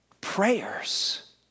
prayers